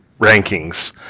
rankings